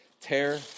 tear